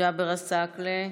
ג'אבר עסאקלה,